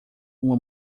uma